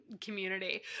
community